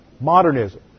modernism